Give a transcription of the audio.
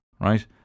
right